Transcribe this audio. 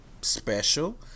special